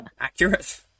accurate